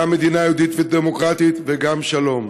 גם מדינה יהודית ודמוקרטית וגם שלום.